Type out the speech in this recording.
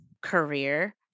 career